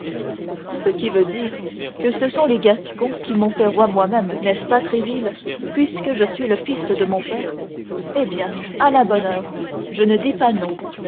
ce qui veut dire que ce sont les gascons qui m'ont fait roi moi-même n'est-ce pas tréville puisque je suis le fils de mon père eh bien à la bonne heure je ne dis pas non